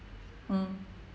mm